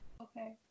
Okay